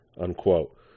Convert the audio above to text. Unquote